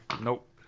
Nope